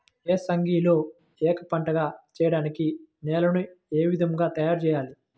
ఏసంగిలో ఏక పంటగ వెయడానికి నేలను ఏ విధముగా తయారుచేయాలి?